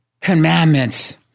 Commandments